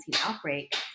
outbreak